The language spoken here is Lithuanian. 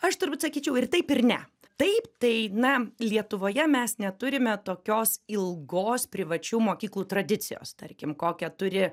aš turbūt sakyčiau ir taip ir ne taip tai na lietuvoje mes neturime tokios ilgos privačių mokyklų tradicijos tarkim kokią turi